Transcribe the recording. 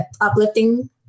uplifting